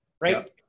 right